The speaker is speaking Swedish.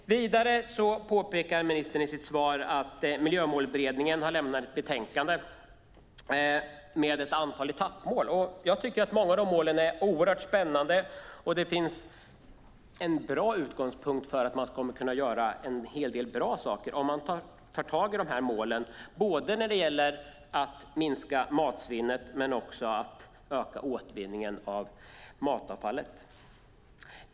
Ministern påpekar vidare i sitt svar att Miljömålsberedningen har lämnat ett betänkande med ett antal etappmål. Många av de målen är oerhört spännande. Det finns en bra utgångspunkt för att man skulle kunna göra en hel del bra saker om man tar tag i målen. Det gäller att minska matsvinnet men också att öka återvinningen av matavfallet.